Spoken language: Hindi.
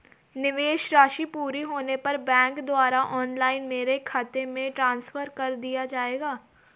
निवेश राशि पूरी होने पर बैंक द्वारा ऑनलाइन मेरे खाते में ट्रांसफर कर दिया जाएगा?